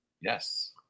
Yes